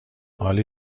عالی